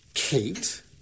Kate